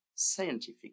Scientific